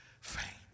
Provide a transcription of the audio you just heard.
faint